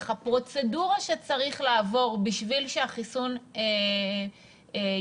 הפרוצדורה שצריך לעבור בשביל שהחיסון יוכל